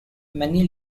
many